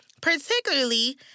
Particularly